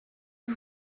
eût